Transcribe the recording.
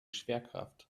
schwerkraft